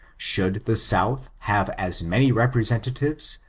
should the south have as many representatives,